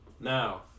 Now